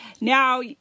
Now